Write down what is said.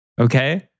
Okay